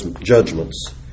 judgments